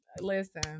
listen